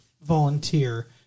volunteer